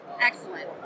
excellent